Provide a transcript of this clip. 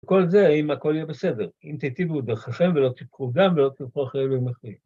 ‫בכל זה, האם הכול יהיה בסדר? ‫אם תיטיבו בו דרככם ולא תשפכו דם ולא תרדפו אחרי ילדים אחרים.